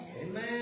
Amen